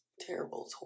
terrible